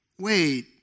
wait